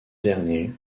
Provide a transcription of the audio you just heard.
dernier